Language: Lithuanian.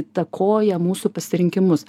įtakoja mūsų pasirinkimus